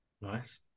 Nice